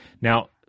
Now